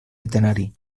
literari